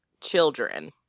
children